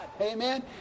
Amen